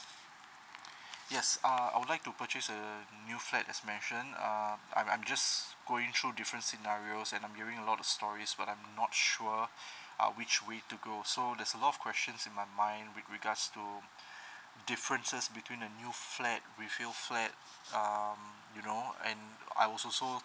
yes uh I would like to purchase a new flat as mention um I'm I'm just going through different scenarios and I'm hearing a lot of stories but I'm not sure uh which way to go so there's a lot of questions in my mind with regards to differences between a new flat resale flat um you know and I was also